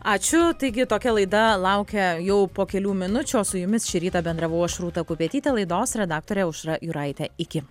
ačiū taigi tokia laida laukia jau po kelių minučių o su jumis šį rytą bendravau aš rūta kupetytė laidos redaktorė aušra jūraitė iki